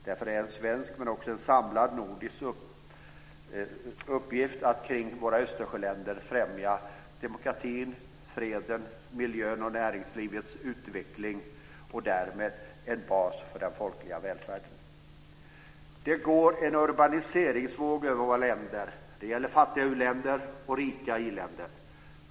Därför är det en svensk men också samlad nordisk uppgift att kring våra Östersjöländer främja demokratin, freden, miljön och näringslivets utveckling och därmed en bas för den folkliga välfärden. Det går en urbaniseringsvåg över våra länder. Det gäller fattiga u-länder och rika i-länder.